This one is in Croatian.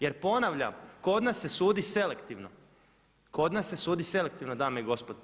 Jer ponavljam, kod nas se sudi selektivno, kod nas se sudi selektivno dame i gospodo.